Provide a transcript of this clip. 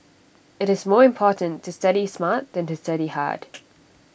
IT is more important to study smart than to study hard